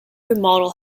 remodel